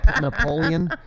Napoleon